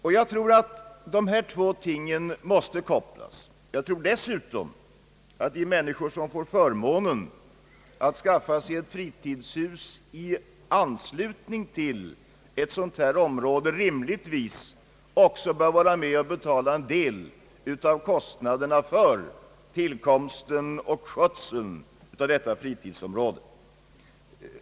Jag tror därför att dessa två ting måste sammankopplas. De människor som får förmånen att skaffa sig ett fritidshus i anslutning till ett sådant här område bör rimligtvis också vara med och betada en del av kostnaderna för tillkomsten och skötseln av fritidsområdet.